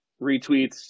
retweets